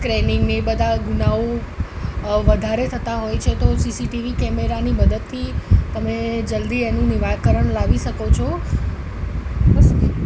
સ્ક્રેનીગને એ બધા ગુનાઓ અ વધારે થતાં હોય છે તો સીસીટીવી કેમેરાની મદદથી તમે જલ્દી એનું નિરાકરણ લાવી શકો છો બસ